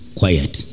quiet